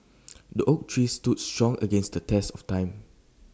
the oak tree stood strong against the test of time